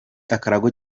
akarago